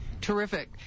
Terrific